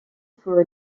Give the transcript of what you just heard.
for